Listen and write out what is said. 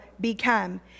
become